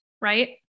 right